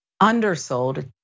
undersold